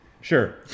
Sure